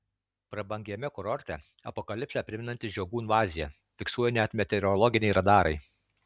prabangiame kurorte apokalipsę primenanti žiogų invazija fiksuoja net meteorologiniai radarai